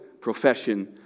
profession